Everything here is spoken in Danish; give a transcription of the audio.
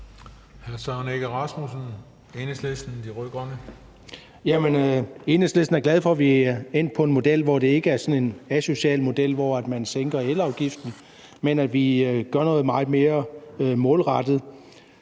Enhedslisten er glad for, at vi er endt med en model, som ikke er sådan en asocial model, hvor man sænker elafgiften, men at vi gør noget meget mere målrettet.